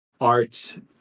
art